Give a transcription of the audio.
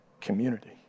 community